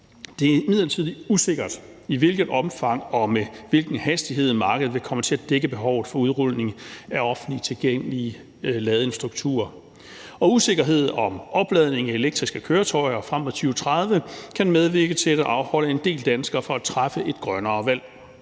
Det er imidlertid usikkert, i hvilket omfang og med hvilken hastighed markedet vil komme til at dække behovet for udrulningen af offentligt tilgængelige ladningsstrukturer. Usikkerhed om opladning af elektriske køretøjer frem mod 2030 kan medvirke til at afholde en del danskere fra at træffe et grønnere valg,